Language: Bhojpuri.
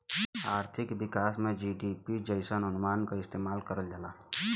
आर्थिक विकास में जी.डी.पी जइसन अनुमान क इस्तेमाल करल जाला